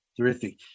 Terrific